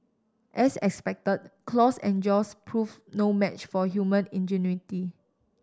as expected claws and jaws proved no match for human ingenuity